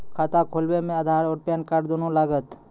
खाता खोलबे मे आधार और पेन कार्ड दोनों लागत?